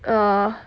uh